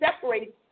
separated